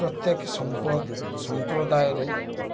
ପ୍ରତ୍ୟେକ ସମ୍ପ ସମ୍ପ୍ରଦାୟରେ